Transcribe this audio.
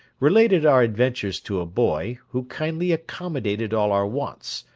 related our adventures to a boy, who kindly accommodated all our wants,